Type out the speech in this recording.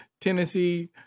Tennessee